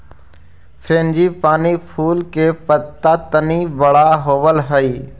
frangipani फूल के पत्त्ता तनी बड़ा होवऽ हई